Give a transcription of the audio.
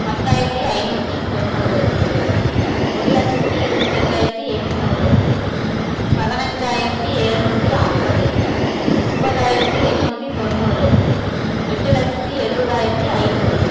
பத்தாயிரத்து ஐநூற்றி தொண்ணூறு ஒரு லட்சத்து இருபத்தஞ்சாயிரத்தி எட்நூறு பதினஞ்சாயிரத்து ஏழ்நூற்றி ஐம்பது ஐம்பதாயிரத்தி எட்நூற்றி தொண்ணூறு எட்டு லட்சத்து எழுபதாயிரத்தி ஐநூறு